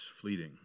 fleeting